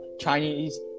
chinese